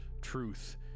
truth